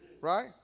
right